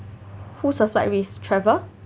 who's a flight risk Trevor